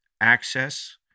access